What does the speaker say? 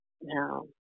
Now